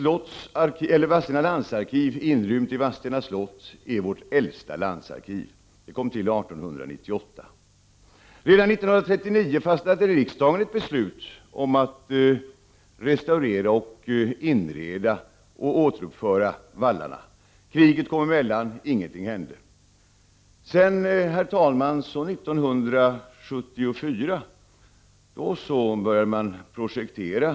Landsarkivet i Vadstena är vårt äldsta landsarkiv. Det kom till år 1898. Redan 1939 fattade riksdagen ett beslut om att man skulle restaurera och inreda slottet samt återuppföra vallarna. Kriget kom emellan, och ingenting hände. År 1974 började man projektera.